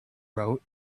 wrote